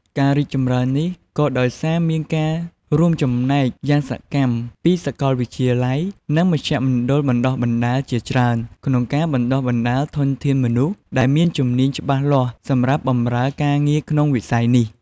ការរីកចម្រើននេះក៏ដោយសារមានការចូលរួមចំណែកយ៉ាងសកម្មពី សាកលវិទ្យាល័យ និងមជ្ឈមណ្ឌលបណ្ដុះបណ្ដាលជាច្រើន ក្នុងការបណ្ដុះបណ្ដាលធនធានមនុស្សដែលមានជំនាញច្បាស់លាស់សម្រាប់បម្រើការងារក្នុងវិស័យនេះ។